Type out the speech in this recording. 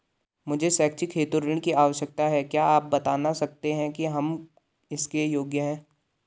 मुझे शैक्षिक हेतु ऋण की आवश्यकता है क्या आप बताना सकते हैं कि हम इसके योग्य हैं?